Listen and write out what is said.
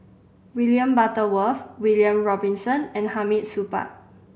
William Butterworth William Robinson and Hamid Supaat